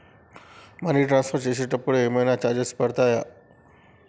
Money transfer చేసినప్పుడు ఏమైనా charges పడతయా?